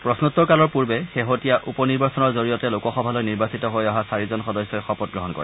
প্ৰশ্নোত্তৰ কালৰ পূৰ্বে শেহতীযা উপ নিৰ্বাচনৰ জৰিয়তে লোকসভালৈ নিৰ্বাচিত হৈ অহা চাৰিজন সদস্যই শপত গ্ৰহণ কৰে